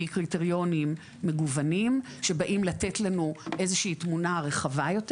קריטריונים מגוונים שבאים לתת לנו איזושהי תמונה רחבה יותר.